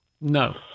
No